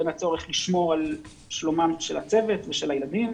בין הצורך לשמור על שלומם של הצוות ושל הילדים